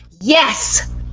Yes